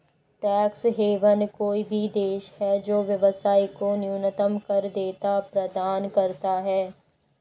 tax haven कोई भी देश है जो व्यवसाय को न्यूनतम कर देयता प्रदान करता है